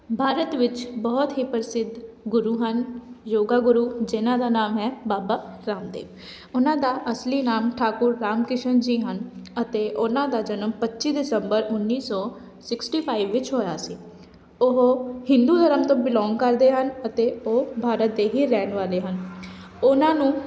ਭਾਰਤ ਵਿੱਚ ਬਹੁਤ ਹੀ ਪ੍ਰਸਿੱਧ ਗੁਰੂ ਹਨ ਯੋਗਾ ਗੁਰੂ ਜਿਹਨਾਂ ਦਾ ਨਾਮ ਹੈ ਬਾਬਾ ਰਾਮਦੇਵ ਉਹਨਾਂ ਦਾ ਅਸਲੀ ਨਾਮ ਠਾਕੁਰ ਰਾਮ ਕਿਸ਼ਨ ਜੀ ਹਨ ਅਤੇ ਉਹਨਾਂ ਦਾ ਜਨਮ ਪੱਚੀ ਦਸੰਬਰ ਉੱਨੀ ਸੌ ਸਿਕਸਟੀ ਫਾਈਵ ਵਿੱਚ ਹੋਇਆ ਸੀ ਉਹ ਹਿੰਦੂ ਧਰਮ ਤੋਂ ਬਿਲੋਂਗ ਕਰਦੇ ਹਨ ਅਤੇ ਉਹ ਭਾਰਤ ਦੇ ਹੀ ਰਹਿਣ ਵਾਲੇ ਹਨ ਉਹਨਾਂ ਨੂੰ